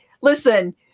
listen